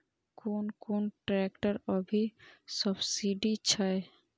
कोन कोन ट्रेक्टर अभी सब्सीडी छै?